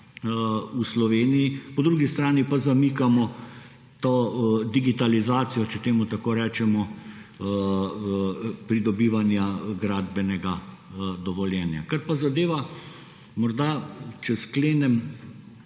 v Sloveniji, po drugi strani pa zamikamo to digitalizacijo, če temu tako rečemo, pridobivanja gradbenega dovoljenja. Ker pa zadeva morda, če sklenem,